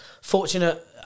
fortunate